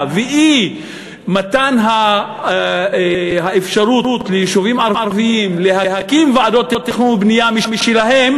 ואי-מתן אפשרות ליישובים ערביים להקים ועדות תכנון ובנייה משלהם,